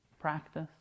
practice